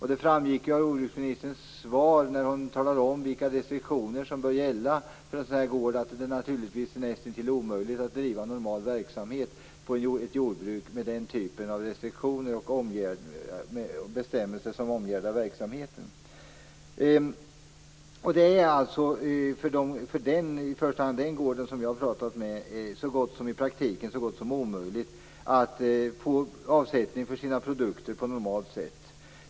Det framgick av jordbruksministerns svar om vilka restriktioner som bör gälla för en drabbad gård, att det är nästintill omöjligt att driva normal verksamhet på ett jordbruk med den typen av restriktioner och bestämmelser. För den gård jag har varit i kontakt med är det så gott som omöjligt att få avsättning för produkterna på normalt sätt.